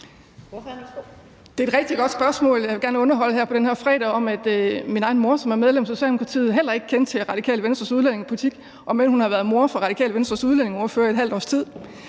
Det er et rigtig godt spørgsmål. Jeg vil gerne underholde på den her fredag med, at min egen mor, som er medlem af Socialdemokratiet, heller ikke kendte til Radikale Venstres udlændingepolitik, om end hun har været mor for Radikale Venstres udlændingeordfører i et halvt års tid.